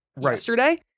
yesterday